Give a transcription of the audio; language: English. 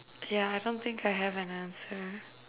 yeah I don't think I have an answer